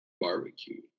barbecue